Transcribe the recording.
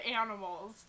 animals